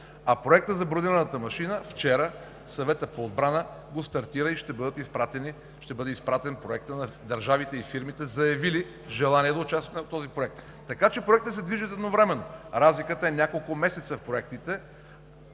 а проектът за бронираната машина – вчера Съветът по отбрана го стартира, ще бъде изпратен на държавите и фирмите, заявили желание да участват в този проект. Така че те се движат едновременно. Разликата в проектите